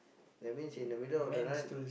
that means in the middle of the night